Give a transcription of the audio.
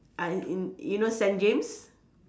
I in in you know Saint James